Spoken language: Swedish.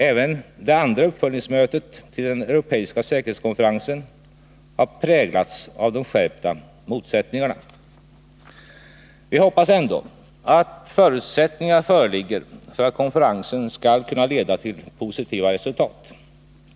Även det andra uppföljningsmötet till den europeiska säkerhetskonferensen har präglats av de skärpta motsättningarna. Vi hoppas ändå att förutsättningar föreligger för att konferensen skall kunna leda till positiva resultat.